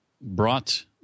brought